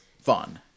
fun